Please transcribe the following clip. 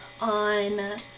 on